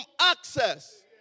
access